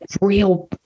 real